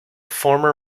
former